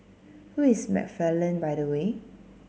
who is McFarland by the way